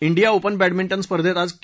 India open badminton स्पर्धेत आज के